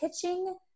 pitching